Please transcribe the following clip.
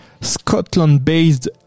Scotland-based